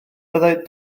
byddai